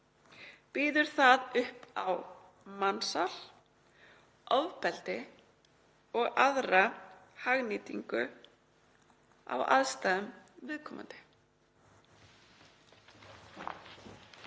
Býður það upp á mansal, ofbeldi og aðra hagnýtingu á aðstæðum viðkomandi.“